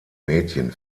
mädchen